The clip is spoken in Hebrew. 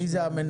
מי זה המנהל?